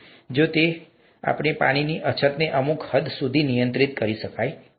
તેથી જો તે કરી શકાય તો પાણીની અછતને અમુક હદ સુધી નિયંત્રિત કરી શકાય છે